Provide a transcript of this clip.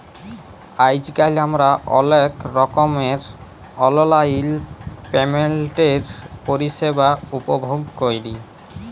আইজকাল আমরা অলেক রকমের অললাইল পেমেল্টের পরিষেবা উপভগ ক্যরি